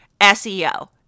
SEO